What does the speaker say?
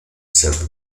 served